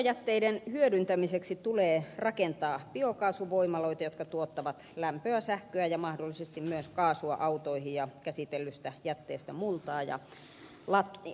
biojätteiden hyödyntämiseksi tulee rakentaa biokaasuvoimaloita jotka tuottavat lämpöä sähköä ja mahdollisesti myös kaasua autoihin ja käsitellystä jätteestä multaa